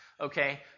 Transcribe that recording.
okay